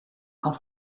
kan